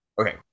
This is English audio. okay